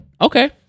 okay